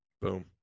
boom